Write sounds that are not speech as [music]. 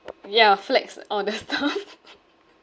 ya flex all the stuff [laughs]